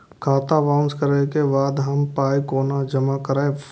खाता बाउंस करै के बाद हम पाय कोना जमा करबै?